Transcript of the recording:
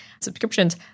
subscriptions